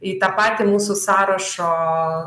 į tą patį mūsų sąrašo